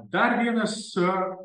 dar vienas